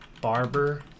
Barber